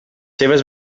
seves